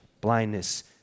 blindness